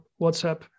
WhatsApp